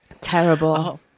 Terrible